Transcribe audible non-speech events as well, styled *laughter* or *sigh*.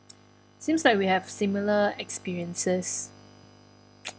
*noise* seems like we have similar experiences *noise*